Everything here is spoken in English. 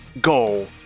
goal